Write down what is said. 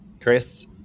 chris